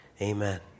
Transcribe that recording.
amen